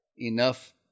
enough